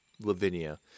Lavinia